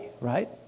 right